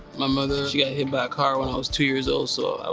my mother, she got hit by a car when i was two years old so i